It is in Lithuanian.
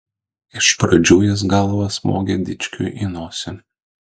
iš pradžių jis galva smogė dičkiui į nosį